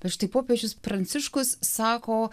bet štai popiežius pranciškus sako